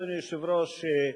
אדוני היושב-ראש,